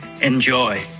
Enjoy